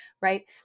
right